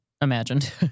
imagined